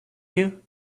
you